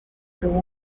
tuvo